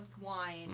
wine